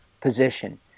position